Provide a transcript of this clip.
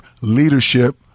Leadership